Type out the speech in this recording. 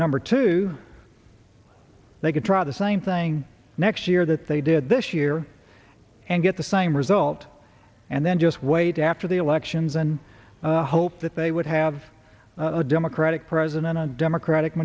number two they could try the same thing next year that they did this year and get the same result and then just wait after the elections and hope that they would have a democratic president a democratic